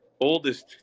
oldest